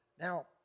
Now